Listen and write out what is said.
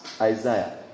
Isaiah